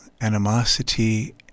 animosity